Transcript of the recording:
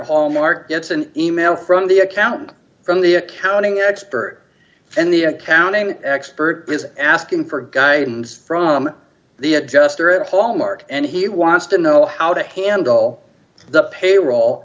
hallmark it's an e mail from the accountant from the accounting expert and the accounting expert is asking for guidance from the adjuster at hallmark and he wants to know how to handle the payroll